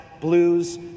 blues